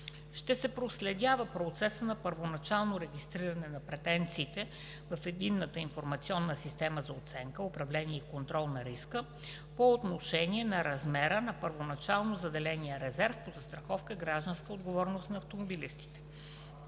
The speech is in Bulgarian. Ще се проследява процесът на първоначално регистриране на претенциите в Единната информационна система за оценка, управление и контрол на риска по отношение на размера на първоначално заделения резерв по застраховка „Гражданска отговорност“ на автомобилистите.